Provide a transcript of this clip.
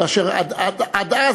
ואשר עד אז,